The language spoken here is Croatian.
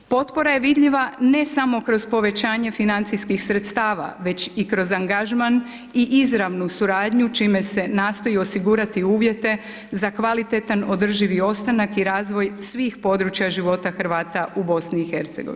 Potpora je vidljiva ne samo kroz povećanje financijskih sredstava, već i kroz angažman i izravnu suradnju čime se nastoji osigurati uvijete za kvalitetni održivi ostanak i razvoj svih područja života Hrvata u BIH.